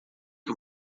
que